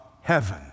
heaven